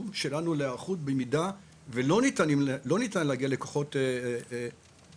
שלנו להיערכות במידה ולא ניתן להגיע לכוחות חיצוניים,